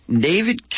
David